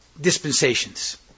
dispensations